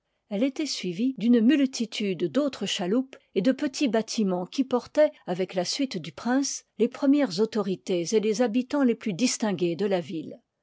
elle étoit d'une multitude d'autres chaloupes et de ii part petits bâtimens qui portoient avec la suite lit i du prince les premières autorite's et les habitans les plus distingues de la yille